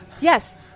Yes